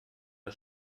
der